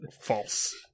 false